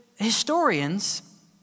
historians